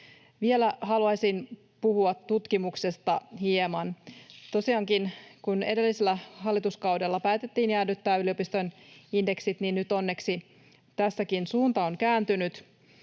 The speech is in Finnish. Vielä haluaisin puhua tutkimuksesta hieman. Tosiaankin, kun edellisellä hallituskaudella päätettiin jäädyttää yliopistojen indeksit, niin nyt onneksi tässäkin suunta on kääntynyt.